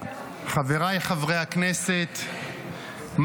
חבריי חברי הכנסת,